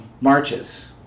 marches